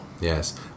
Yes